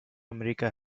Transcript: america